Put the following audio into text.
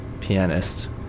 pianist